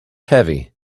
heavy